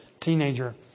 teenager